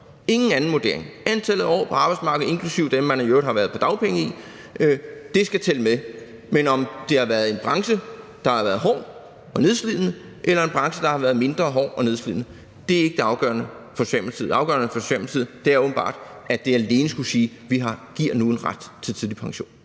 ingen anden vurdering. Det er antallet af år på arbejdsmarkedet, inklusive dem, man i øvrigt har været på dagpenge i, som skal tælle med. Men om det har været en branche, der har været hård og nedslidende, eller en branche, der har været mindre hård og nedslidende, er ikke det afgørende for Socialdemokratiet. Det afgørende for Socialdemokratiet er åbenbart alene det at skulle sige: Vi giver nu en ret til tidlig pension.